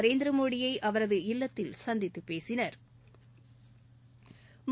நரேந்திரமோடியை அவரது இல்லத்தில் சந்தித்துப் பேசினா்